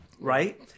right